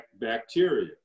bacteria